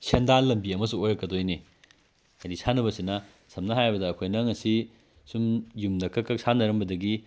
ꯁꯦꯟꯗꯥꯜ ꯂꯝꯕꯤ ꯑꯃꯁꯨ ꯑꯣꯏꯔꯛꯀꯗꯣꯏꯅꯤ ꯍꯥꯏꯗꯤ ꯁꯥꯟꯅꯕꯁꯤꯅ ꯁꯝꯅ ꯍꯥꯏꯔꯕꯗ ꯑꯩꯈꯣꯏꯅ ꯉꯁꯤ ꯁꯨꯝ ꯌꯨꯝꯗ ꯀꯛꯀꯛ ꯁꯥꯟꯅꯔꯝꯕꯗꯒꯤ